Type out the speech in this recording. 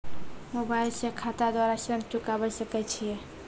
Mobile से खाता द्वारा ऋण चुकाबै सकय छियै?